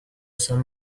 some